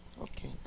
Okay